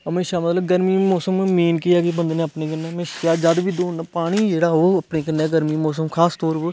हमेशा मतलब गर्मी दे मौसम मेन केह् ऐ कि बंदे ने अपने कन्नै हमेशा जद बी दौड़ना पानी जेह्ड़ा ओह् अपने कन्नै गर्मी दे मौसम खास तौर उप्पर